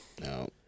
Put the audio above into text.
No